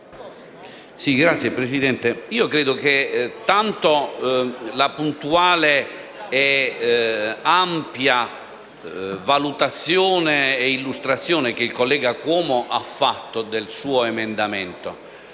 ascoltato la puntuale ed ampia valutazione e illustrazione che il collega Cuomo ha fatto del suo emendamento,